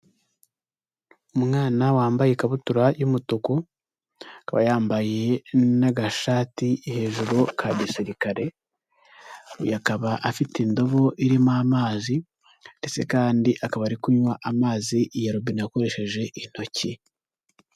Umwana wambaye ikabutura y'umutuku, akaba yambaye n'agashati hejuru ka gisirikare, uyu akaba afite indobo irimo amazi ndetse kandi akaba ari kunywa amazi ya robine akoresheje intoki.